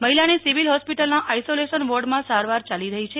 મહિલાની સિવિલ હોસ્પિટલના આઇસોલેશન વોર્ડમાં સારવાર ચાલી રહી છે